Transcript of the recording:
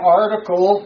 article